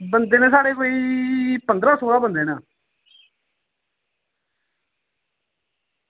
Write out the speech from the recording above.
बंदे न साढ़े कोई पंदरां सोलां बंदे न